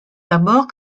d’abord